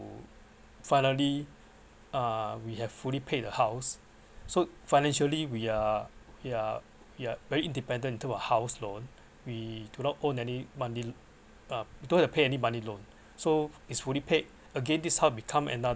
finally uh we have fully paid a house so financially we are we are we are very independent into a house loan we do not owe any money uh you don't have to pay any money loan so is fully paid again this house become another